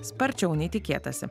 sparčiau nei tikėtasi